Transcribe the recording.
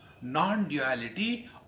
non-duality